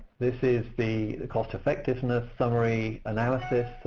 this is the cost-effectiveness summary analysis,